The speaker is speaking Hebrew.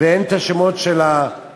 ואין את השמות של החייבים,